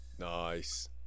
Nice